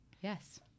Yes